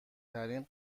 ترین